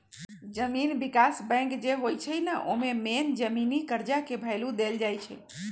जमीन विकास बैंक जे होई छई न ओमे मेन जमीनी कर्जा के भैलु देल जाई छई